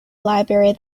library